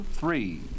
three